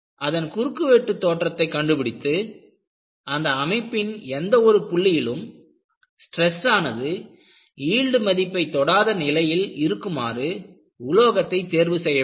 அதன் குறுக்குவெட்டுத் தோற்றத்தை கண்டுபிடித்து அந்த வடிவமைப்பின் எந்த ஒரு புள்ளியிலும் ஸ்ட்ரெஸ்ஸானது யீல்டு மதிப்பை தொடாத நிலைமையில் இருக்குமாறு உலோகத்தை தேர்வு செய்ய வேண்டும்